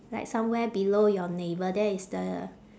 like somewhere below your navel that is the